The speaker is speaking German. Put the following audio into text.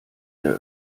der